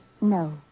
No